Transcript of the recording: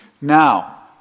Now